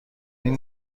این